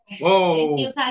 Whoa